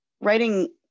writing